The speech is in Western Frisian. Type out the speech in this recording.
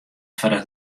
foardat